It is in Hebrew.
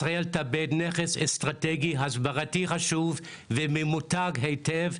ישראל תאבד נכס אסטרטגי הסברתי חשוב וממותג היטב,